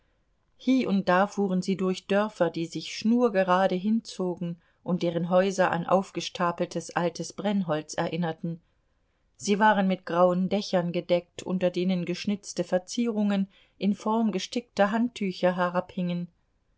hie und da fuhren sie durch dörfer die sich schnurgerade hinzogen und deren häuser an aufgestapeltes altes brennholz erinnerten sie waren mit grauen dächern gedeckt unter denen geschnitzte verzierungen in form gestickter handtücher herabhingen